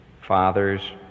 Fathers